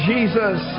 Jesus